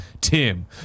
Tim